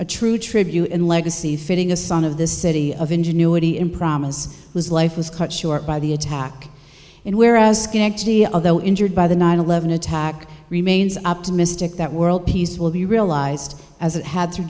a true tribute in legacy fitting a son of the city of ingenuity in promise whose life was cut short by the attack in whereas schenectady of the injured by the nine eleven attack remains optimistic that world peace will be realized as it had thr